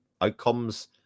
outcomes